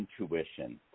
intuition